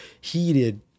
heated